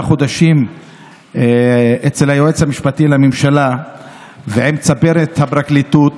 חודשים אצל היועץ המשפטי לממשלה ועם צמרת הפרקליטות.